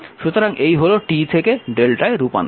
সুতরাং এই হল T থেকে Δ রূপান্তর